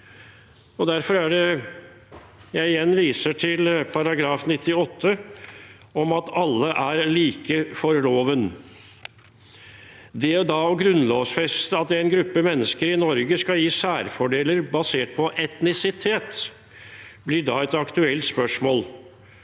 Derfor viser jeg igjen til § 98, om at alle er like for loven. Det å grunnlovfeste at en gruppe mennesker i Norge skal gis særfordeler basert på etnisitet, blir da et aktuelt spørsmål.